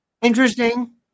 Interesting